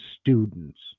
students